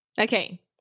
okay